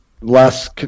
Less